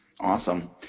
Awesome